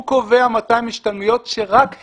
הוא קובע 200 השתלמויות, שרק הן,